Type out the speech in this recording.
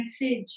message